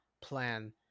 plan